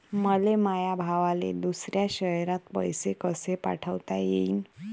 मले माया भावाले दुसऱ्या शयरात पैसे कसे पाठवता येईन?